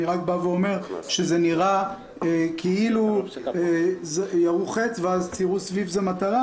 אני רק אומר שנראה כאילו ירו חץ וציירו סביב זה מטרה.